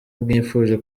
mwifuje